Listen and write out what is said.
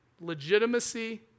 legitimacy